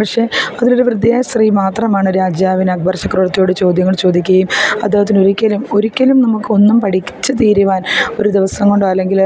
പക്ഷേ അവരൊരു വൃദ്ധയായ സ്ത്രീ മാത്രമാണ് രാജാവിനക്ബർ ചക്രവർത്തിയോട് ചോദ്യങ്ങൾ ചോദിക്കുകയും അദ്ദേഹത്തിനൊരിക്കലും ഒരിക്കലും നമുക്കൊന്നും പഠിച്ചു തീരുവാന് ഒരു ദിവസം കൊണ്ടോ അല്ലെങ്കിൽ